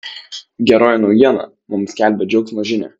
geroji naujiena mums skelbia džiaugsmo žinią